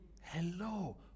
Hello